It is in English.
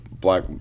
black